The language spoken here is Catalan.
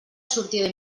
sortida